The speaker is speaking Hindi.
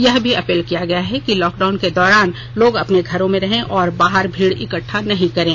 यह भी अपील किया गया है कि लॉकडाउन के दौरान लोग अपने घरों में रहें और बाहर भीड़ इक्कठा नहीं करें